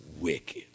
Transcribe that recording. wicked